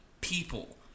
people